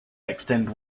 extend